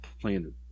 playing